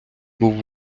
був